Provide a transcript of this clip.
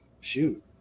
shoot